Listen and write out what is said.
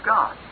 God